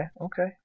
okay